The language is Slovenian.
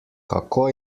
kako